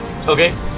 Okay